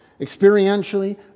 experientially